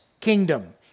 kingdom